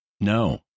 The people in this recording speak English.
No